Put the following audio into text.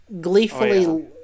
gleefully